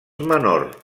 menor